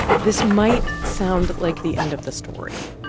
this might sound like the end of the story,